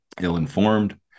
ill-informed